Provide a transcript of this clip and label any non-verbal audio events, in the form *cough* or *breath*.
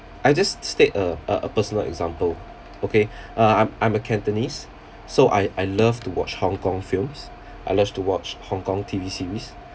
I just s~ s~ state a a personal example okay *breath* uh I'm I'm a cantonese so I I love to watch hong kong films I love to watch hong kong T_V series